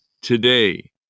today